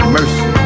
Mercy